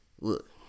Look